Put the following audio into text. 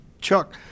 Chuck